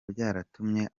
byaratumye